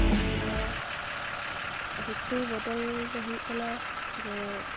ᱟᱨ ᱱᱚᱣᱟ ᱨᱤᱛᱩ ᱵᱚᱫᱚᱞ ᱫᱚ ᱦᱩᱭᱩᱜ ᱠᱟᱱᱟ ᱡᱮ